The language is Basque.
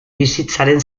bizitzaren